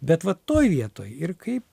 bet vat toj vietoj ir kai